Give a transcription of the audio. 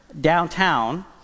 downtown